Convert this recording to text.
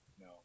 no